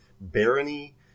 Barony